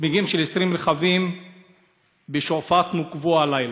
צמיגים של 20 רכבים בשועפאט נוקבו הלילה,